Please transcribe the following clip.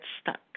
stuck